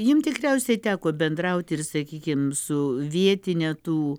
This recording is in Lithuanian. jum tikriausiai teko bendrauti ir sakykim su vietine tų